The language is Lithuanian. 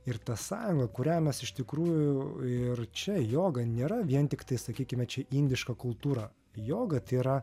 ir ta sąjunga kurią mes iš tikrųjų ir čia joga nėra vien tiktai sakykime čia indiška kultūra joga tai yra